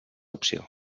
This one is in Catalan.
opció